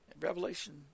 Revelation